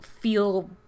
feel